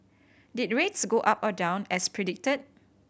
did rates go up or down as predicted